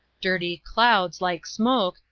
dirty clouds, like smoke,